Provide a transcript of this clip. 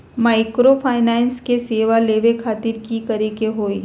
Microfinance के सेवा लेबे खातीर की करे के होई?